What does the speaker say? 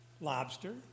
Lobster